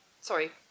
Sorry